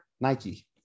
Nike